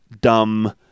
dumb